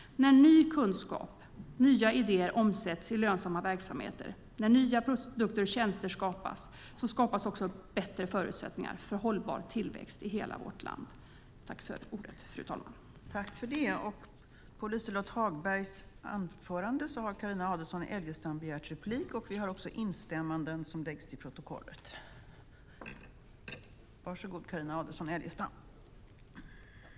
När ny kunskap och nya idéer omsätts i lönsamma verksamheter, när nya produkter och tjänster skapas, skapas också bättre förutsättningar för en hållbar tillväxt i hela vårt land. I detta anförande instämde Helena Lindahl och Mats Odell .